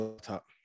top